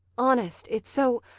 honest! it's so